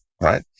right